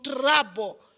trouble